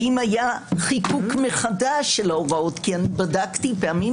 האם היה חיקוק מחדש כי אני בדקתי ופעמים